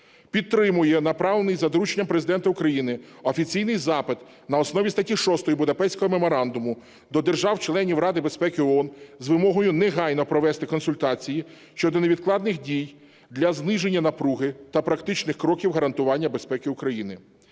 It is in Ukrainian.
Підтримує направлений за дорученням Президента України офіційний запит на основі статті 6 Будапештського меморандуму до держав-членів Ради безпеки ООН з вимогою негайно провести консультації щодо невідкладних дій для зниження напруги та практичних кроків гарантування безпеки України.